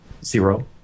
Zero